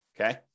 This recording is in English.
Okay